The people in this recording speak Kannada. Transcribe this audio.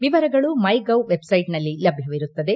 ವಿವರಗಳು ಮೈಗೋವ್ ವೆಬ್ಸೈಟ್ನಲ್ಲಿ ಲಭ್ಜವಿರುತ್ತದೆ